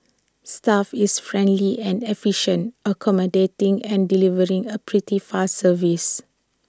staff is friendly and efficient accommodating and delivering A pretty fast service